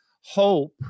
hope